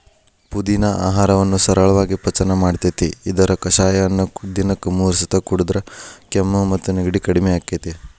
ಪುದಿನಾ ಆಹಾರವನ್ನ ಸರಳಾಗಿ ಪಚನ ಮಾಡ್ತೆತಿ, ಇದರ ಕಷಾಯನ ದಿನಕ್ಕ ಮೂರಸ ಕುಡದ್ರ ಕೆಮ್ಮು ಮತ್ತು ನೆಗಡಿ ಕಡಿಮಿ ಆಕ್ಕೆತಿ